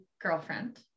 girlfriend